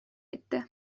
etti